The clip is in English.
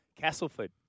Castleford